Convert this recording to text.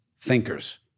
thinkers